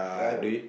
yeah